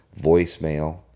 voicemail